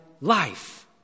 life